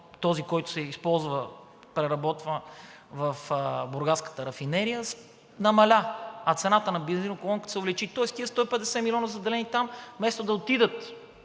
този, който се използва, преработва се в бургаската рафинерия, намаля, а цената на бензиноколонката се увеличи, тоест тези 150 милиона, заделени там, вместо да отидат